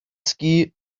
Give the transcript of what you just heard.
ski